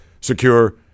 secure